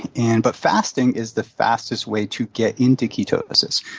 and but fasting is the fastest way to get into ketosis.